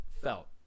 felt